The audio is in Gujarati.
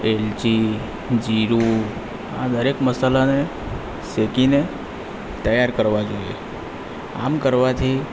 એલચી જીરું આ દરેક મસાલાને શેકીને તૈયાર કરવા જોઈએ આમ કરવાથી